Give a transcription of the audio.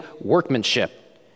workmanship